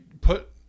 put